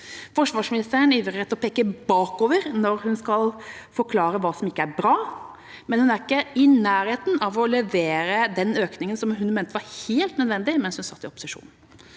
Forsvarsministeren ivrer etter å peke bakover når hun skal forklare hva som ikke er bra, men hun er ikke i nærheten av å levere den økninga som hun mente var helt nødvendig mens hun satt i opposisjon.